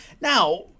Now